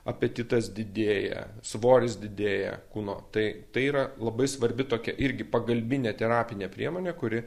apetitas didėja svoris didėja kūno tai tai yra labai svarbi tokia irgi pagalbinė terapinė priemonė kuri